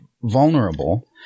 vulnerable